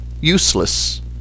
useless